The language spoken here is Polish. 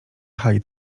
hali